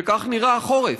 וכך נראה החורף,